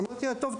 אמרתי לה "טוב,